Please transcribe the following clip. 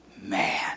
man